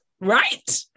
Right